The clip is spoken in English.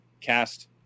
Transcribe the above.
cast